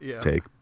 take